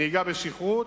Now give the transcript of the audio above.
נהיגה בשכרות